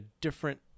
different